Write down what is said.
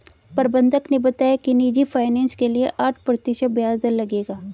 प्रबंधक ने बताया कि निजी फ़ाइनेंस के लिए आठ प्रतिशत ब्याज दर लगेगा